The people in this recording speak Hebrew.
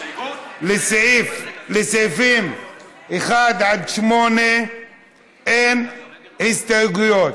לסעיפים 1 8 אין הסתייגויות.